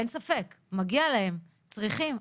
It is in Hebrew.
אין ספק, מגיע להם, צריכים.